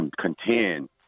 contend